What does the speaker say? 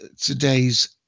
today's